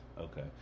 Okay